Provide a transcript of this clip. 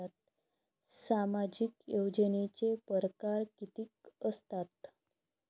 सामाजिक योजनेचे परकार कितीक असतात?